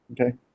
Okay